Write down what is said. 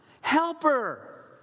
Helper